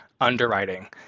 underwriting